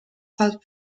pulp